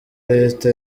leta